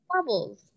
bubbles